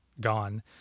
gone